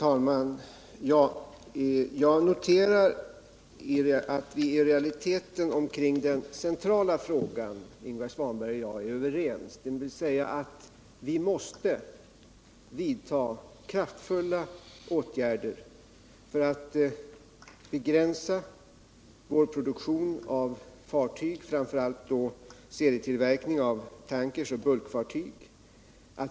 Herr talman! Jag noterar att i den centrala frågan är Ingvar Svanberg och jag överens: Vi måste vidta kraftfulla åtgärder för att begränsa vår produktion av fartyg, framför allt då serietillverkning av tankrar och bulkfartyg.